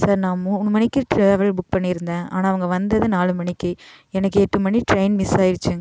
sir நான் மூணு மணிக்கு டிராவல் புக் பண்ணி இருந்தேன் ஆனால் அவங்க வந்தது நாலு மணிக்கு எனக்கு எட்டு மணி டிரெயின் மிஸ் ஆகிடிச்சு